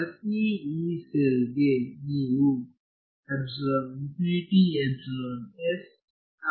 ಪ್ರತಿ Yee ಸೆಲ್ಗೆ ನೀವು ಸಂಗ್ರಹಿಸಬೇಕಾಗುತ್ತದೆ